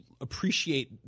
appreciate